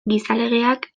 gizalegeak